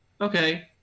okay